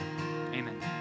Amen